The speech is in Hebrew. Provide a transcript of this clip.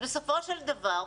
בסופו של דבר,